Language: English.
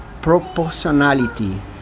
proportionality